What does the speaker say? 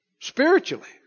Spiritually